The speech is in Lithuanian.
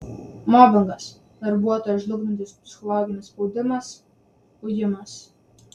mobingas darbuotoją žlugdantis psichologinis spaudimas ujimas